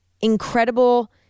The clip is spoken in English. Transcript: incredible